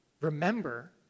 remember